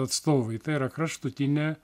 atstovai tai yra kraštutinė